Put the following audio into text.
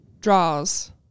draws